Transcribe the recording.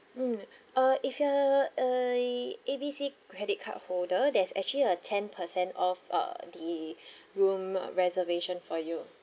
mm uh if you're uh the A B C credit card holder there's actually a ten percent off uh the room reservation for you